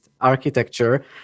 architecture